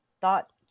thought